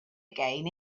again